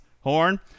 Horn